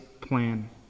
plan